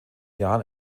jahren